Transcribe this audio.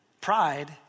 Pride